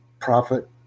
profit